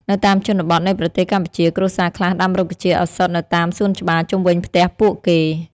នៅតាមជនបទនៃប្រទេសកម្ពុជា គ្រួសារខ្លះដាំរុក្ខជាតិឱសថនៅតាមសួនច្បារជុំវិញផ្ទះពួកគេ។